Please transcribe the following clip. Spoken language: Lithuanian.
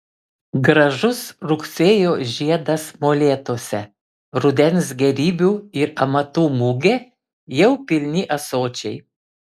gražus rugsėjo žiedas molėtuose rudens gėrybių ir amatų mugė jau pilni ąsočiai